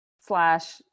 slash